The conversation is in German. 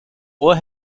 ohr